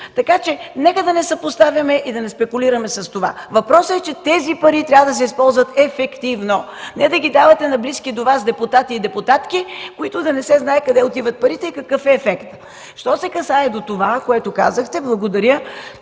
Така че нека да не съпоставяме и да не спекулираме с това. Въпросът е, че тези пари трябва да се използват ефективно, не да ги давате на близки до Вас депутати и депутатки, и да не се знае къде отиват парите и какъв е ефектът. Що се касае до това, което казахте, благодаря,